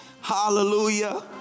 Hallelujah